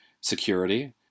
security